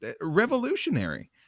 revolutionary